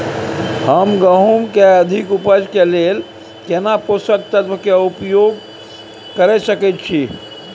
हम गेहूं के अधिक उपज के लेल केना पोषक तत्व के उपयोग करय सकेत छी?